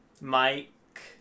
mike